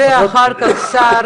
זה אחר כך השר,